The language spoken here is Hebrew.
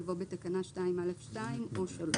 במקום "בתקנה "2(א)(2)" יבוא "בתקנה 2(א)(2) או (3)".